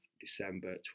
december